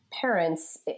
parents